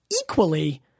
Equally